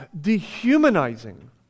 dehumanizing